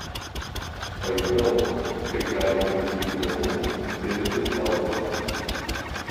pajutau kaip gali būti įdomu tirti kalbą